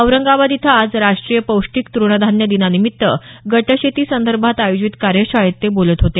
औरंगाबाद इथं आज राष्ट्रीय पौष्टीक तृणधान्य दिनानिमित्त गट शेती संदर्भात आयोजित कार्यशाळेत बोलत होते